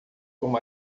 como